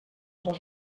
dos